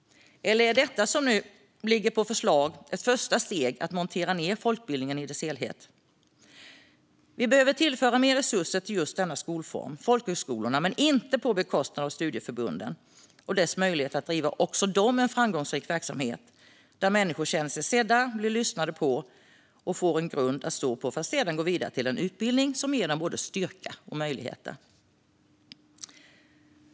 Eller är det förslag som nu föreligger ett första steg mot att montera ned folkbildningen i dess helhet? Vi behöver tillföra mer resurser till just denna skolform, folkhögskolorna, men inte på bekostnad av studieförbunden och deras möjlighet att driva en framgångsrik verksamhet där människor känner sig sedda, blir lyssnade på och får en grund att stå på för att sedan gå vidare till en utbildning som ger dem både styrka och möjligheter.